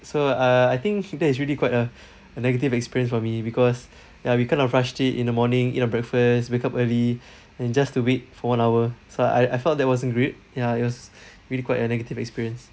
so uh I think he that is really quite a a negative experience for me because ya we kind of rushed it in the morning eat our breakfast wake up early then just to wait for one hour so I I thought that wasn't great ya it was really quite a negative experience